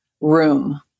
room